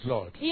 Lord